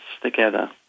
together